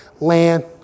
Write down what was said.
land